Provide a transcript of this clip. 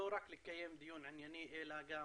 לא רק לקיים דיון ענייני אלא גם